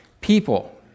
people